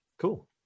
cool